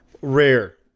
rare